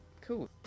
cool